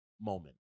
moment